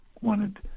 wanted